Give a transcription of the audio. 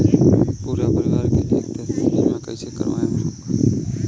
पूरा परिवार के एके साथे बीमा कईसे करवाएम और ओकर का फायदा होई?